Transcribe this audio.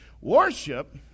Worship